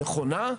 נכונה.